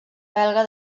belga